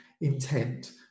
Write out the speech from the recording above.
intent